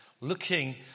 looking